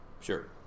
Sure